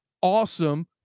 awesome